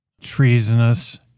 treasonous